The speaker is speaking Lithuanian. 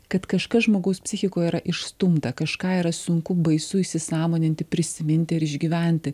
kad kažkas žmogaus psichiko yra išstumta kažką yra sunku baisu įsisąmoninti prisiminti ir išgyventi